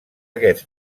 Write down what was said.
aquests